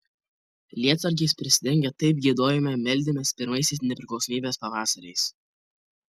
lietsargiais prisidengę taip giedojome meldėmės pirmaisiais nepriklausomybės pavasariais